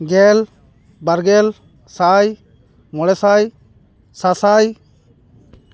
ᱜᱮᱞ ᱵᱟᱨ ᱜᱮᱞ ᱥᱟᱭ ᱢᱚᱬᱮ ᱥᱟᱭ ᱥᱟᱥᱟᱭ